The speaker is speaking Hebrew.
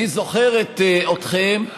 אני זוכר אתכם,